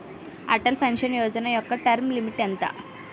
Atal pension Yojana యెక్క term limit ఎంత?